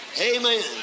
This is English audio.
Amen